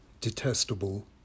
detestable